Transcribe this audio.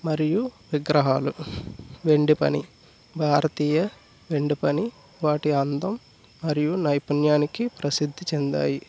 మరియు విగ్రహాలు వెండి పని భారతీయ వెండి పని వాటి ఆనందం మరియు నైపుణ్యానికి ప్రసిద్ధి చెందాయి